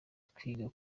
twiga